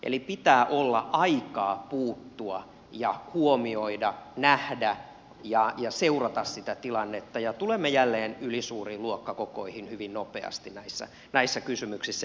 eli pitää olla aikaa puuttua ja huomioida nähdä ja seurata sitä tilannetta ja tulemme jälleen ylisuuriin luokkakokoihin hyvin nopeasti näissä kysymyksissä